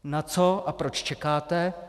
Na co, a proč čekáte.